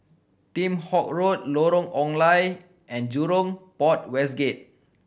Kheam Hock Road Lorong Ong Lye and Jurong Port West Gate